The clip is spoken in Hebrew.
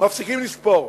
מפסיקים לספור.